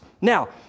Now